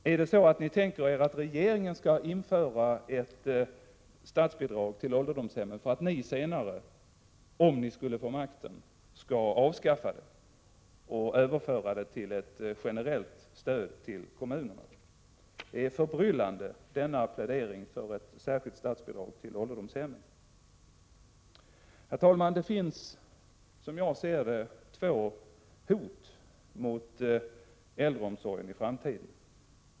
Tänker ni er att regeringen skall införa ett statsbidrag till ålderdomshemmen för att ni senare, om ni får makten, skall avskaffa det — och överföra det till ett generellt stöd till kommunerna? Denna plädering för ett särskilt statsbidrag till ålderdomshemmen är förbryllande. Herr talman! Det finns, som jag ser det, två hot mot äldreomsorgen i framtiden.